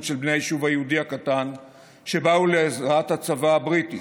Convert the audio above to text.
של בני היישוב היהודי הקטן שבאו לעזרת הצבא הבריטי,